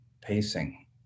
pacing